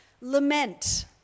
Lament